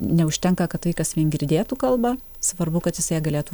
neužtenka kad vaikas girdėtų kalbą svarbu kad jis ją galėtų